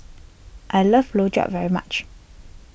I love Rojak very much